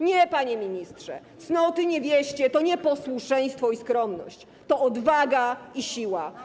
Nie, panie ministrze, cnoty niewieście to nie posłuszeństwo i skromność, to odwaga i siła.